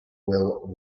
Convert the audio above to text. will